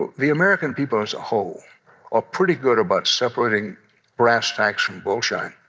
but the american people as a whole are pretty good about separating brass tacks from bullshine.